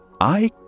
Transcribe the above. I